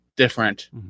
different